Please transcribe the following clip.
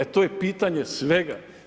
E to je pitanje svega.